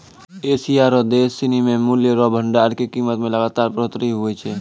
Asia रो देश सिनी मे मूल्य रो भंडार के कीमत मे लगातार बढ़ोतरी हुवै छै